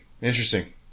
Interesting